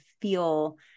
feel